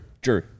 Drew